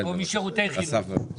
או משירותי חינוך.